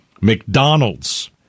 McDonald's